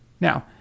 Now